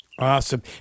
Awesome